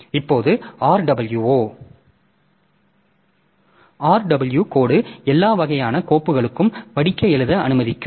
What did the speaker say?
இப்போது rw code எல்லா வகையான கோப்புகளுக்கும் படிக்க எழுத அனுமதிக்கும்